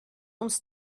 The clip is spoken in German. uns